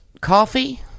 Coffee